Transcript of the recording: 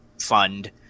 fund